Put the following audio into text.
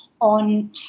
on